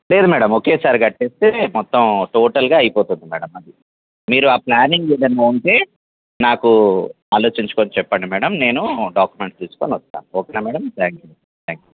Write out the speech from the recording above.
లేదు మేడమ్ ఒకేసారి కట్టేస్తే మొత్తం టోటల్గా అయిపోతుంది మేడమ్ అది మీరు ఆ ప్లానింగ్ ఏదైనా ఉంటే నాకు ఆలోచించుకొని చెప్పండి మేడమ్ నేను డాక్యుమెంట్స్ తీసుకొని వస్తాను ఓకేనా madam thank you thank you